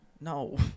No